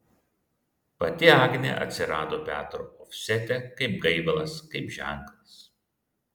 pati agnė atsirado petro ofsete kaip gaivalas kaip ženklas